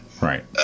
Right